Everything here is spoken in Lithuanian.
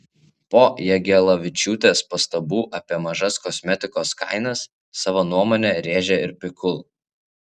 po jagelavičiūtės pastabų apie mažas kosmetikos kainas savo nuomonę rėžė ir pikul